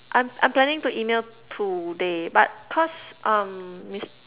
I'm I'm planning to email today but cause um miss